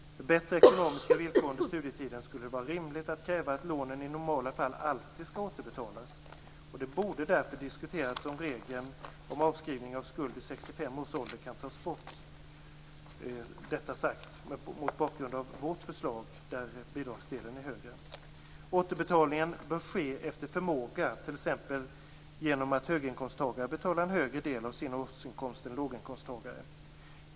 Bättre ekonomiska villkor under studietiden skulle göra det rimligt att kräva att lånen i normala fall alltid skall återbetalas. Det borde därför diskuteras om regeln om avskrivning av skuld vid 65 års ålder kan tas bort. Detta är sagt mot bakgrund av vårt förslag där bidragsdelen är högre. Återbetalningen bör ske efter förmåga, t.ex. genom att höginkomsttagare betalar en högre del av sin årsinkomst än låginkomsttagare.